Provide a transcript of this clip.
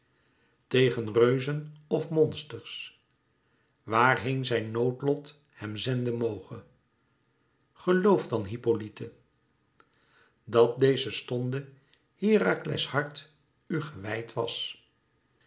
tegen reuzen of monsters waar héen zijn noodlot hem zenden moge geloof dan hippolyte dat deze stonde herakles hart u gewijd was